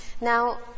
Now